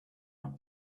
are